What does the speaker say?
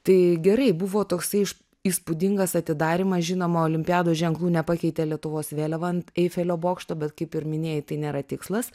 tai gerai buvo toksai iš įspūdingas atidarymas žinoma olimpiados ženklų nepakeitė lietuvos vėliava ant eifelio bokšto bet kaip ir minėjai tai nėra tikslas